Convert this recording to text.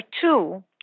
two